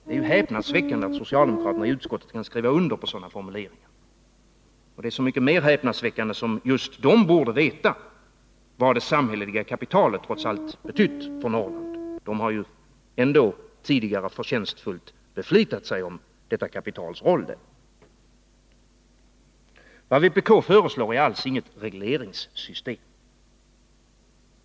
Det är ju häpnadsväckande att socialdemokraterna i utskottet kan skriva under sådana formuleringar. Det är så mycket mera häpnadsväckande som just de borde veta vad det samhälleliga kapitalet trots allt betytt för Norrland. De har ju ändå tidigare förtjänstfullt beflitat sig om detta kapitals roll där. Vad vpk föreslår är alls inget regleringssystem.